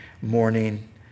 morning